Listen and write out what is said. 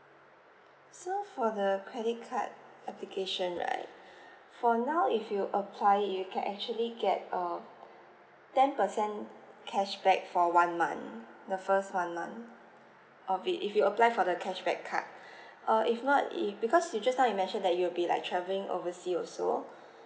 so for the credit card application right for now if you apply you can actually get err ten percent cashback for one month the first one month of it if you apply for the cashback card uh if not if because you just now you mentioned that you'll be like travelling oversea also